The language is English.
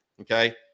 Okay